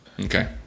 Okay